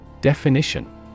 Definition